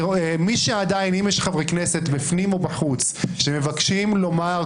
אם יש חברי כנסת בפנים או בחוץ שמבקשים לומר,